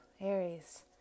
Aries